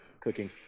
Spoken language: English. cooking